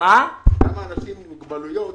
אנשים עם מוגבלויות